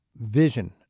vision